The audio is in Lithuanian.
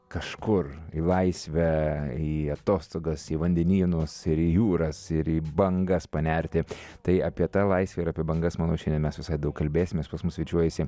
kažkur į laisvę į atostogas į vandenynus ir į jūras ir į bangas panerti tai apie tą laisvę ir apie bangas manau šiandien mes visai daug kalbėsimės pas mus svečiuojasi